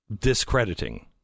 discrediting